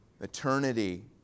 Eternity